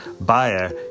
Buyer